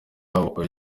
bakore